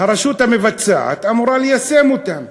הרשות המבצעת אמורה ליישם אותם.